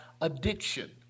addiction